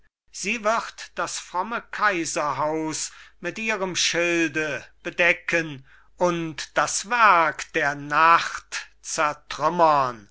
sie wird das fromme kaiserhaus mit ihrem schilde bedecken und das werk der nacht zertrümmern